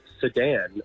sedan